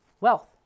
wealth